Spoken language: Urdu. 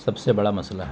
سب سے بڑا مسئلہ ہے